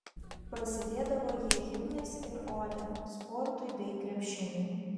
prasidėdavo jie himnais ir odėm sportui bei krepšiniui